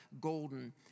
golden